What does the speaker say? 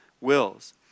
wills